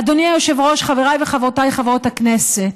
אדוני היושב-ראש, חבריי וחברותיי חברות הכנסת,